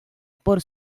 por